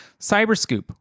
Cyberscoop